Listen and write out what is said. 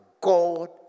God